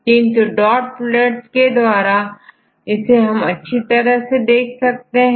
किंतु dot plot के द्वारा हम यह मैच बहुत अच्छी तरह से देख सकते हैं